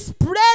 spread